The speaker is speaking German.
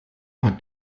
hat